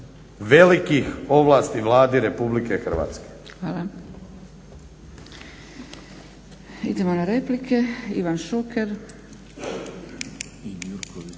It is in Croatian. ogromne ovlasti Vladi Republike Hrvatske koja